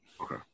Okay